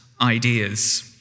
ideas